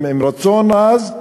עם רצון עז.